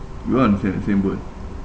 you are on the same same boat